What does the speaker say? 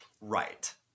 Right